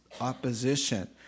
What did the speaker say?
opposition